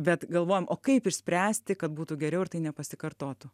bet galvojam o kaip išspręsti kad būtų geriau ir tai nepasikartotų